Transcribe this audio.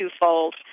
twofold